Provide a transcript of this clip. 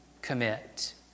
commit